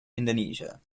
indonesia